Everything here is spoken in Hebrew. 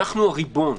אנחנו הריבון.